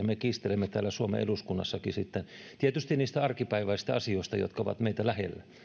me kiistelemme täällä suomen eduskunnassakin tietysti niistä arkipäiväisistä asioista jotka ovat meitä lähellä